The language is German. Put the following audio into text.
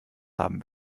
haben